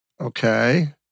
Okay